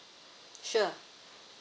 sure